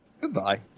goodbye